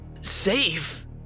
Safe